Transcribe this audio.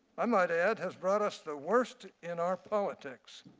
um and ah has brought us the worst in our politics.